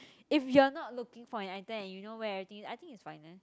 if you are not looking for an item and you know where everything is I think is fine eh